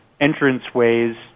entranceways